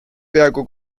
peaaegu